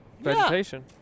vegetation